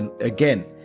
again